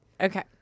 Okay